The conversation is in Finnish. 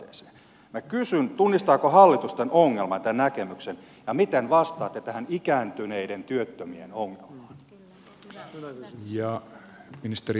tunnistaako hallitus tämän ongelman ja tämän näkemyksen ja miten vastaatte tähän ikääntyneiden työttömien ongelmaan